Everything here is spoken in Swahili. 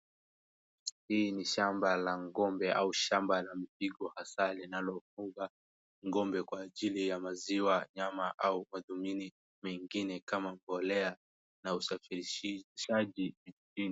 Hii ni shamba la ng'ombe au shamba la mpigo asali wanafuga ng'ombe kwa ajili ya maziwa, nyama au udhumini wengine kama mbolea na usafirishaji.